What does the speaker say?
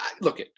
Look